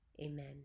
Amen